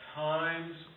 times